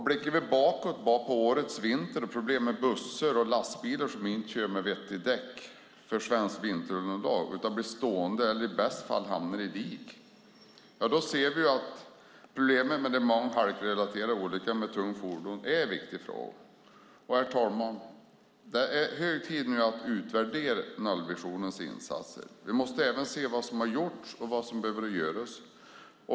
Blickar vi bakåt på årets vinter och problem med bussar och lastbilar som inte kör med vettiga däck för svenskt vinterunderlag utan blir stående eller i bästa fall hamnar i diket ser vi att problemet med de många halkrelaterade olyckorna med tunga fordon är en viktig fråga. Herr talman! Det är hög tid att utvärdera nollvisionens insatser. Vi måste se vad som har gjorts och vad som behöver göras.